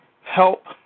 Help